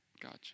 Gotcha